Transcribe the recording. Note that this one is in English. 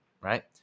right